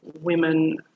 women